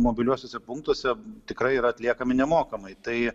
mobiliuosiuose punktuose tikrai yra atliekami nemokamai tai